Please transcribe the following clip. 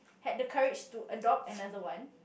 had the courage to adopt another one